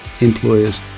employers